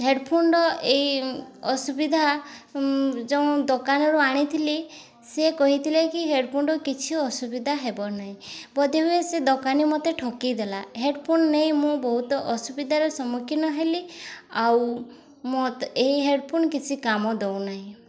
ହେଡ଼ଫୋନ୍ର ଏଇ ଅସୁବିଧା ଯେଉଁ ଦୋକାନରୁ ଆଣିଥିଲି ସେ କହିଥିଲେ କି ହେଡ଼ଫୋନ୍ରୁ କିଛି ଅସୁବିଧା ହେବ ନାହିଁ ବୋଧେ ହୁଏ ସେ ଦୋକାନୀ ମୋତେ ଠକିଦେଲା ହେଡ଼ଫୋନ୍ ନେଇ ମୁଁ ବହୁତ ଅସୁବିଧାର ସମ୍ମୁଖୀନ ହେଲି ଆଉ ଏହି ହେଡ଼ଫୋନ୍ କିଛି କାମ ଦଉ ନାହିଁ